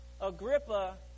Agrippa